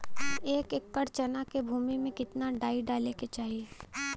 एक एकड़ चना के भूमि में कितना डाई डाले के चाही?